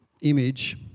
image